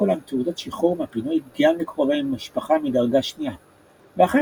והעניקו להם תעודות שחרור מהפינוי גם לקרובי משפחה מדרגה שנייה; ואכן,